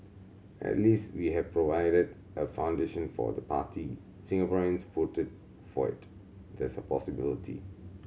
at least we have provided a foundation for the party Singaporeans voted for it there's a possibility